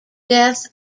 death